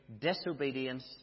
disobedience